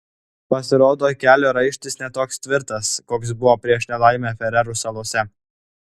pasirodo kelio raištis ne toks tvirtas koks buvo prieš nelaimę farerų salose